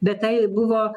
bet tai buvo